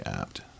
apt